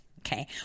Okay